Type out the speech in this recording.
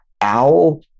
owl